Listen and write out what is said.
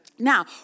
Now